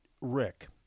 Rick